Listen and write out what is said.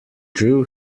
drew